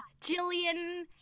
Jillian